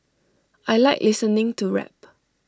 I Like listening to rap